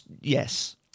Yes